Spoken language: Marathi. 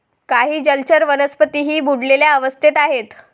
काही जलचर वनस्पतीही बुडलेल्या अवस्थेत आहेत